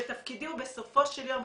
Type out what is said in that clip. תפקידי הוא בסופו של יום,